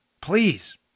Please